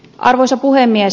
arvoisa puhemies